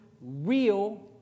real